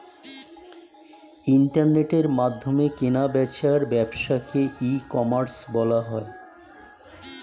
ইন্টারনেটের মাধ্যমে কেনা বেচার ব্যবসাকে ই কমার্স বলা হয়